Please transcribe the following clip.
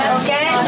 okay